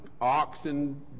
oxen